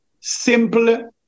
simple